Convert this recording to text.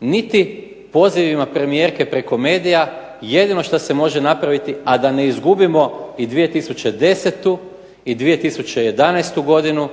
niti pozivima premijerke preko medija. Jedino što se može napraviti, a da ne izgubimo i 2010.-tu i 2011.-tu godinu